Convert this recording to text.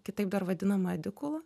kitaip dar vadinamą edikula